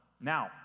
Now